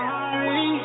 Sorry